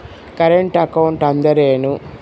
Current account ಅಂದರೇನು?